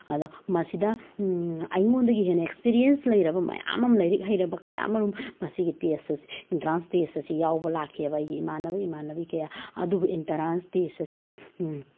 ꯑꯗꯣ ꯃꯁꯤꯗ ꯑꯩꯉꯣꯟꯗꯒꯤ ꯍꯦꯟꯅ ꯑꯦꯛꯁꯄꯔꯤꯌꯦꯟꯁ ꯂꯩꯔꯕ ꯃꯌꯥꯝ ꯑꯃ ꯂꯥꯏꯔꯤꯛ ꯍꯩꯔꯕ ꯀꯌꯥ ꯃꯔꯨꯝ ꯃꯁꯤꯒꯤ ꯇꯦꯁ ꯏꯟꯇ꯭ꯔꯥꯟꯁ ꯇꯦꯁ ꯑꯁꯤ ꯌꯥꯎꯌꯦꯕ ꯂꯥꯛꯈꯤꯑꯕ ꯑꯩꯒꯤ ꯏꯃꯥꯟꯅꯕ ꯏꯃꯥꯟꯅꯕꯤ ꯀꯌꯥ ꯑꯗꯨꯕꯨ ꯏꯟꯇ꯭ꯔꯥꯟꯁ ꯇꯦꯁ ꯑꯁꯤꯗ